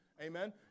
amen